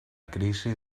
crisi